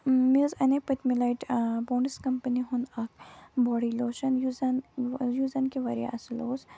مےٚ حظ اَنے پٔتۍمہِ لَٹہِ پونٛڈٕس کَمپٔنی ہُنٛد اَکھ بوڈی لوشَن یُس زَن وٕ یُس زَن کہِ واریاہ اَصٕل اوس